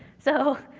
so,